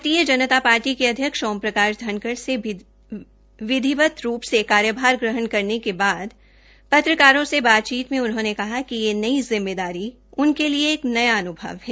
भारतीय जनता पार्टी के अध्यक्ष श्री ओम प्रकाश धनखड़ ने विधिवत रूप कार्यभार ग्रहण करेन के बाद पत्रकारों से बातचीत में उनहोंने कहा कि यह नई जिम्मेवारी उनके लिए एक नया अन्भव है